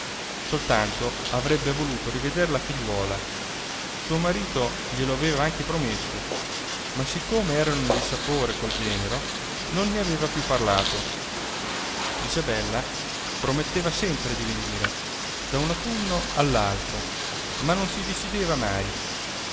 soltanto avrebbe voluto rivedere la figliuola suo marito glielo aveva anche promesso ma siccome erano in dissapore col genero non ne aveva più parlato isabella prometteva sempre di venire da un autunno all'altro ma non si decideva mai